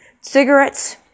cigarettes